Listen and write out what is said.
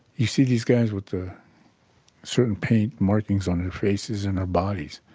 you see these guys with the certain paint markings on their faces and their bodies.